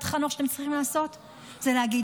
אני חושבת שבאמת אחד הכישלונות הגדולים ביותר הוא שנתניהו ידע,